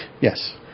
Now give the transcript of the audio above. Yes